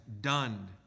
done